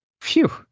Phew